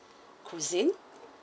cuisine